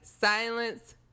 Silence